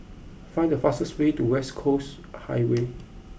find the fastest way to West Coast Highway